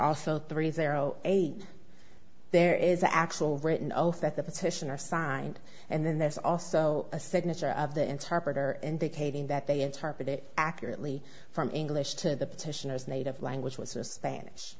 also three zero eight there is an actual written oath that the petitioner signed and then there's also a signature of the interpreter indicating that they interpret it accurately from english to the petitioners native language was a spanish